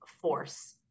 force